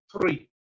three